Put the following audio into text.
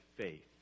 faith